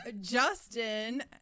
justin